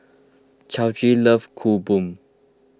Chauncey loves Kueh Bom